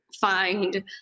find